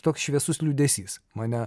toks šviesus liūdesys mane